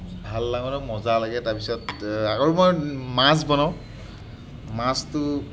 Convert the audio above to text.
ভাল লাগেনে মজা লাগে তাৰপিছত আৰু মই মাছ বনাওঁ মাছটো